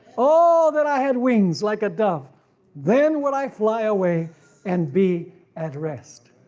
oh that i had wings like a dove then would i fly away and be at rest.